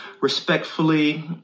respectfully